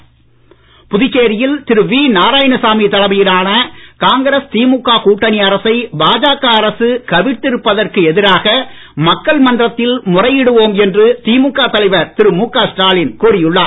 புதுச்சேரி ஸ்டாலின் புதுச்சேரியில் திரு வி நாராயணசாமி தலைமையிலான காங்கிரஸ் திமுக கூட்டணி அரசை பாஜக அரசு கவிழ்த்திருப்பதிற்கு எதிராக மக்கள் மன்றத்தில் முறையிடுவோம் என்று திமுக தலைவர் திரு முக ஸ்டாலின் கூறி உள்ளார்